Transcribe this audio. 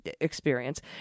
experience